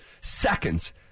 seconds